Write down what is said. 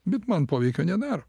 bet man poveikio nedaro